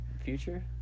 Future